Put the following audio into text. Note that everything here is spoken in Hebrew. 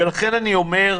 ולכן אני אומר,